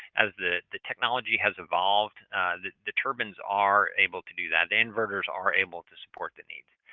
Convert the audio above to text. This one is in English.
as the the technology has evolved the the turbines are able to do that the inverters are able to support the needs.